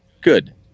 Good